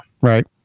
Right